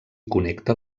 connecta